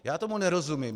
Já tomu nerozumím.